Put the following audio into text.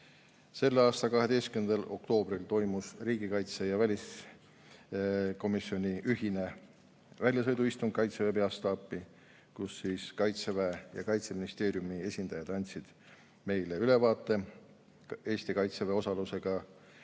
riiki. Selle aasta 12. oktoobril toimus riigikaitse- ja väliskomisjoni ühine väljasõiduistung Kaitseväe Peastaapi, kus Kaitseväe ja Kaitseministeeriumi esindajad andsid meile ülevaate Eesti Kaitseväe osalusega